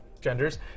genders